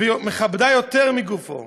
ומכבדה יותר מגופו.